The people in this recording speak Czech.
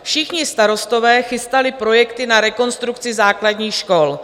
Všichni starostové chystali projekty na rekonstrukci základních škol.